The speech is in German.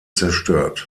zerstört